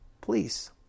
Please